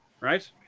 right